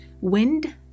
Wind